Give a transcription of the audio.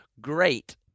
great